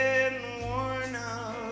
worn-out